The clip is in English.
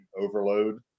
overload